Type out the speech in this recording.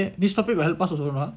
this topic will help us also or not